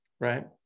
right